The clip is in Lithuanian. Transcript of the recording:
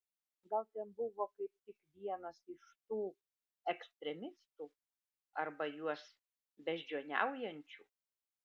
gal ten buvo kaip tik vienas iš tų ekstremistų arba juos beždžioniaujančių